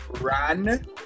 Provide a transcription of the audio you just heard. run